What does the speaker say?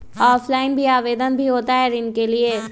Offline भी आवेदन भी होता है ऋण के लिए?